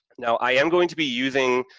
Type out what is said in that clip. now, i am going to be using,